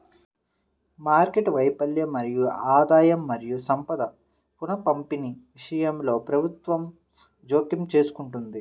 market వైఫల్యం మరియు ఆదాయం మరియు సంపద పునఃపంపిణీ విషయంలో ప్రభుత్వం జోక్యం చేసుకుంటుంది